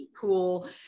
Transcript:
cool